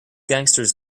gangsters